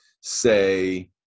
say